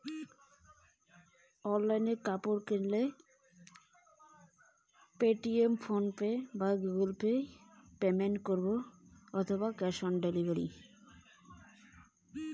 Online থেকে কাপড় কিনবো কি করে পেমেন্ট করবো?